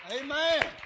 Amen